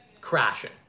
crashing